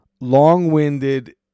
long-winded